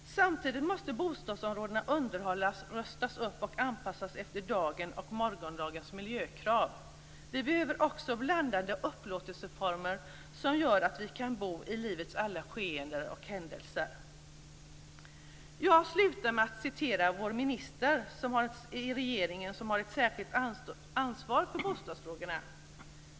Samtidigt måste bostadsområdena underhållas, rustas upp och anpassas efter dagens och morgondagens miljökrav. Vi behöver också blandade upplåtelseformer som gör att vi kan bo i livets alla skeden och händelser. Jag avslutar med att citera vår minister som har särskilt ansvar för bostadsfrågorna i regeringen.